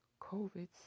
COVID